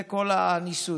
זה כל הניסוי,